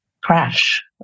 crash